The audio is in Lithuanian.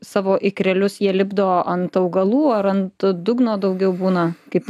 savo ikrelius jie lipdo ant augalų ar ant dugno daugiau būna kaip ten